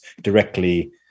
directly